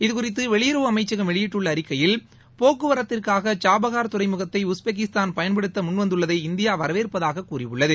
இதுகுறித்து வெளியுறவு அமைச்சகம் வெளியிட்டுள்ள அறிக்கையில் போக்குவரத்திற்காக சபஹர் துறைமுகத்தை உஸ்பெகிஸ்தான் பயன்படுத்த முன்வந்துள்ளதை இந்தியா வரவேற்பதாக கூறியுள்ளது